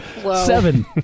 Seven